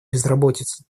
безработицы